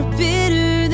bitter